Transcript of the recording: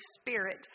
Spirit